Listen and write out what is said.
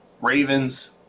Ravens